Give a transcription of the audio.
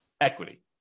equity